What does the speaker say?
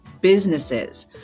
businesses